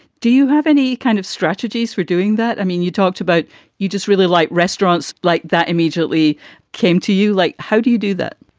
do you have any kind of strategies for doing that? i mean, you talked about you just really like restaurants like that immediately came to you. like, how do you do that?